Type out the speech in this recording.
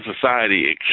Society